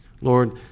Lord